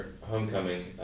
Homecoming